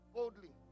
Boldly